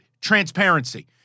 transparency